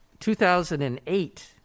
2008